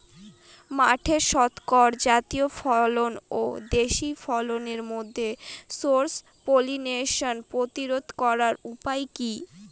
মাঠের শংকর জাতীয় ফসল ও দেশি ফসলের মধ্যে ক্রস পলিনেশন প্রতিরোধ করার উপায় কি?